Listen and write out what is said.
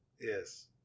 Yes